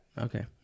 Okay